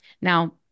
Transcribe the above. Now